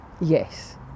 Yes